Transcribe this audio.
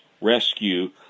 rescue